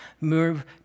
Move